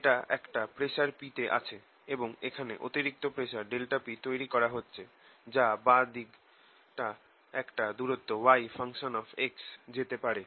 এটা একটা pressure p তে আছে এবং এখানে অতিরিক্ত প্রেসার ∆p তৈরি করা হচ্ছে যাতে বাঁ দিক টা একটা দূরত্ব y যেতে পারে